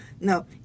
No